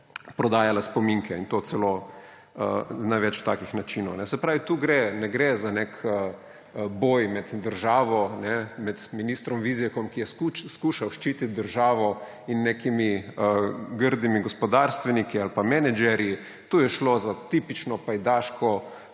prodajala spominke. In to celo na več takih načinov. Se pravi, tu ne gre za nek boj med državo, med ministrom Vizjakom, ki je skušal ščititi državo, in nekimi grdimi gospodarstveniki ali pa menedžerji, tu je šlo za tipično pajdaško